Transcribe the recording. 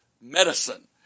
medicine